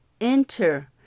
enter